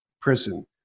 prison